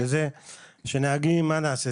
לזה שכשנהגים מה נעשה,